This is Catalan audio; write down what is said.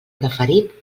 preferit